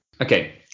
Okay